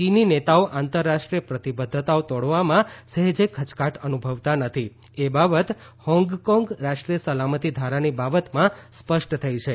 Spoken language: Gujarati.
ચીની નેતાઓ આંતરરાષ્ટ્રીય પ્રતિબધ્ધતાઓ તોડવામાં સહેજે ખચકાટ અનુભવતા નથી એ બાબત હોંગકોંગ રાષ્ટ્રીય સલામતી ધારાની બાબતમાં સ્પષ્ટ થઈ છે